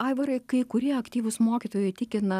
aivarai kai kurie aktyvūs mokytojai tikina